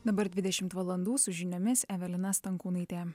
dabar dvidešimt valandų su žiniomis evelina stankūnaitė